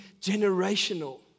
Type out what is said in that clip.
generational